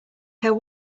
care